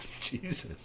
Jesus